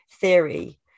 theory